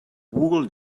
wool